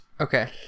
okay